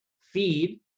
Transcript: feed